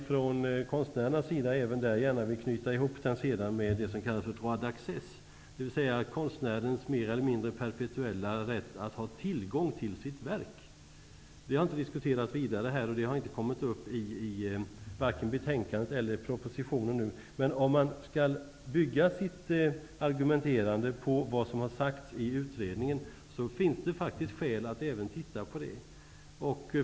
Från konstnärernas sida vill man gärna knyta den till det som kallas droit d'accès, dvs. konstnärens mer eller mindre perpetuella rätt att ha tillgång till sitt verk. Det har inte diskuterats här, och det har inte kommit upp i vare sig propositionen eller betänkandet. Om man skall bygga argumentationen på vad som har sagts i utredningen, finns det skäl att titta på även det.